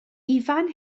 ifan